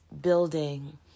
building